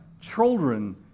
children